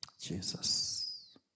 Jesus